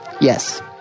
Yes